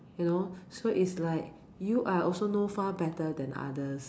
you know so is like you are also no far better than others